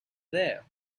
there